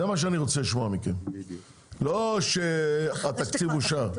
זה מה שאני רוצה לשמוע מכם, לא שהתקציב מאושר.